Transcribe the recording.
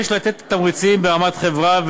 יש לתת את התמריצים ברמת החברה,